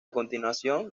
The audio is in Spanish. continuación